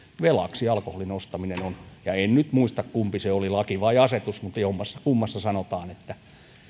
velaksi alkoholin ostaminen on kielletty ja en nyt muista kumpi se oli laki vai asetus mutta jommassakummassa sanotaan että